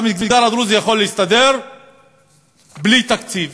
המגזר הדרוזי יכול להסתדר בלי תקציב.